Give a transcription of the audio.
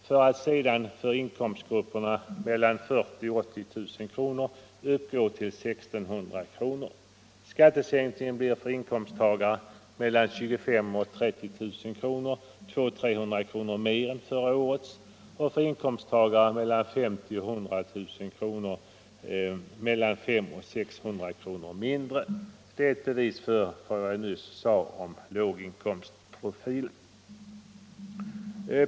för att sedan för inkomstgrupperna mellan 40 000 och 80 000 kr. uppgå till högst 1 600 kr. Skattesänkningen blir för inkomsttagare mellan 25 000 och 30 000 kr. 200-300 kr. mer än förra året och för inkomsttagare mellan 50 000 och 100 000 kr. mellan 500 och 600 kr. mindre. Det är ett bevis för vad jag nyss sade om låginkomstprofilen.